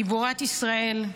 גיבורת ישראל,